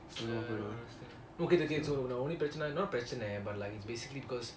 ya I know I understand okay the thing is I'm only passionate not passionate but like it's basically because